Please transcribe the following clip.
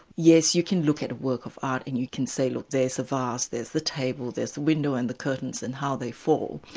yes, you can look at a work of art and you can say, look, there's a vase, there's the table, there's the window and the curtains and how they fall',